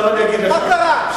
מה קרה?